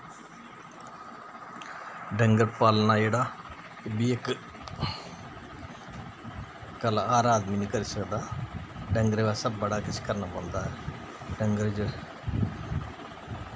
डंगर पालना जेह्ड़ा एह् बी इक कल्ला हर आदमी निं करी सकदा डंगरें बास्तै बड़ा किश करना पौंदा डंगर जे